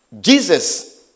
Jesus